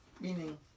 meaning